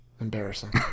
Embarrassing